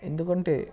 ఎందుకంటే